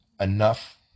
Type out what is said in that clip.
Enough